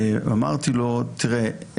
תראה,